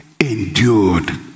endured